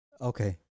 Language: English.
Okay